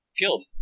killed